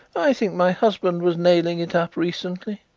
i think my husband was nailing it up recently.